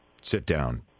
sit-down